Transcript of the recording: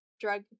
drug